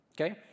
Okay